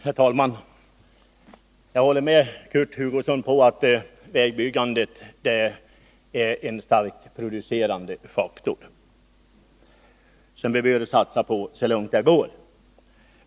Herr talman! Jag håller med Kurt Hugosson om att vägbyggandet är en starkt producerande faktor, som vi skall satsa på så långt det går.